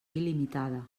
il·limitada